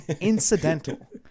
incidental